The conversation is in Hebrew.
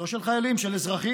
לא של חיילים, של אזרחים,